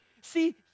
See